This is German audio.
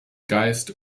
geist